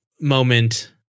moment